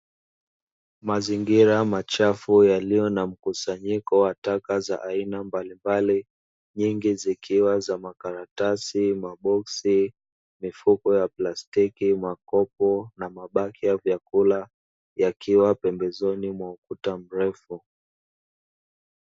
Mazingira machafu yaliyo na mkusanyiko wa taka za aina mbalimbali, nyingi zikiwa za makaratasi, maboksi, mifuko ya plastiki na mabaki ya vyakula zikiwa pembezoni mwa ukuta mrefu.